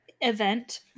Event